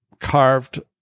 carved